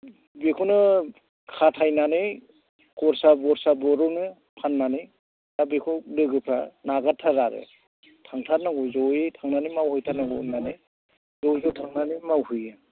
बेखौनो खाथायनानै खरसा बरसा बरनो फाननानै दा बेखौ लोगोफ्रा नागारथारा आरो थांथारनांगौ जयै थांनानै मावहैथारनांगौ होननानै ज' ज' थांनानै मावहैयो